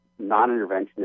non-interventionist